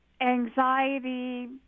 anxiety